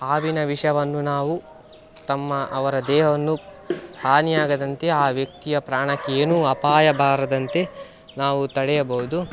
ಹಾವಿನ ವಿಷವನ್ನು ನಾವು ತಮ್ಮ ಅವರ ದೇಹವನ್ನು ಹಾನಿಯಾಗದಂತೆ ಆ ವ್ಯಕ್ತಿಯ ಪ್ರಾಣಕ್ಕೆ ಏನು ಅಪಾಯ ಬಾರದಂತೆ ನಾವು ತಡೆಯಬಹ್ದು